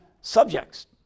subjects